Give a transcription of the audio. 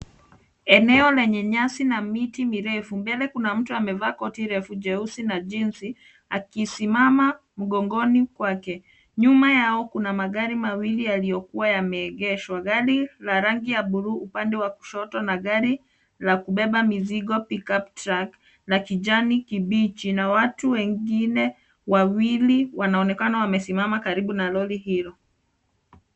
Eneo lenye nyasi na miti mirefu, mbele kuna mtu amevaa koti refu jeusi na jeans , akisimama mgongoni kwake. Nyuma yao kuna magari mawili yaliyokuwa yameegeshwa. Gari la rangi ya buluu upande wa kushoto na gari la kubeba mizigo pick up truck la kijani kibichi na watu wengine wawili wanaonekana wamesimama karibu na lori hilo.